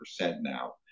now